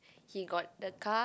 he got the car